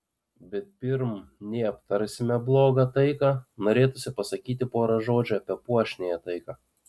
bet pirm nei aptarsime blogą taiką norėtųsi pasakyti porą žodžių apie puošniąją taiką